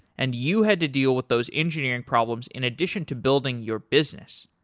and you had to deal with those engineering problems in addition to building your business.